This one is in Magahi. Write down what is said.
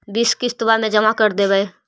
बिस किस्तवा मे जमा कर देवै?